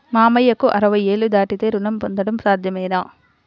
మామయ్యకు అరవై ఏళ్లు దాటితే రుణం పొందడం సాధ్యమేనా?